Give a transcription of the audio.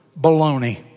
baloney